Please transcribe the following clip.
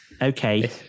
Okay